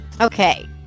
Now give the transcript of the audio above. Okay